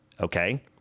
okay